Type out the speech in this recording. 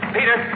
Peter